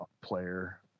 player